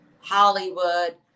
hollywood